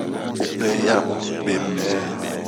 Wureyamu bepɛɛ.